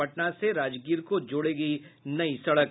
पटना से राजगीर को जोड़ेंगी नई सड़क